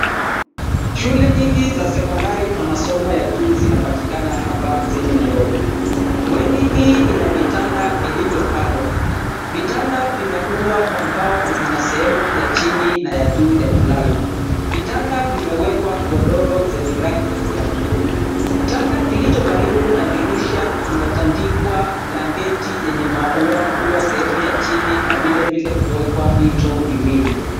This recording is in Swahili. Shule nyingi za sekondari na masomo ya juu zinapatikana hapa mjini Nairobi. Bweni hii ina vitanda vilivyopangwa. Vitanda vimeundwa kwa mbao na vina sehemu ya chini na ya juu ya kulala. Vitanda vimewekwa godoro zenye rangi ya bluu. Kitanda kilicho karibu na dirisha kimetandikwa blanketi yenye maua maua, sehemu ya chini na vile vile kuwekwa mito miwili.